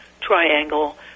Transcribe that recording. triangle